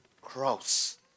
cross